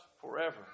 forever